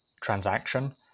transaction